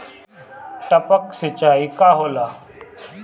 टपक सिंचाई का होला?